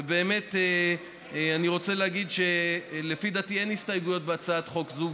ובאמת אני רוצה להגיד שלפי דעתי אין הסתייגויות להצעת חוק זו.